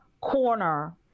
corner